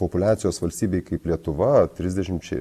populiacijos valstybei kaip lietuva trisdešimčiai